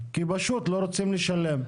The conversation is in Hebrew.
כי פשוט לא רוצים לשלם.